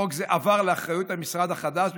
חוק זה עבר לאחריות המשרד החדש.